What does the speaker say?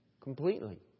Completely